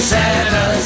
Santa